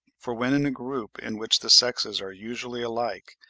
for when in a group in which the sexes are usually alike,